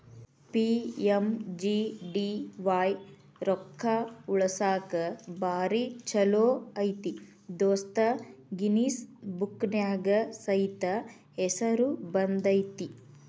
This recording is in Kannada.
ಪಿ.ಎಮ್.ಜೆ.ಡಿ.ವಾಯ್ ರೊಕ್ಕಾ ಉಳಸಾಕ ಭಾರಿ ಛೋಲೋ ಐತಿ ದೋಸ್ತ ಗಿನ್ನಿಸ್ ಬುಕ್ನ್ಯಾಗ ಸೈತ ಹೆಸರು ಬಂದೈತಿ